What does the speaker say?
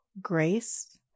grace